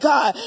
God